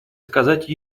сказать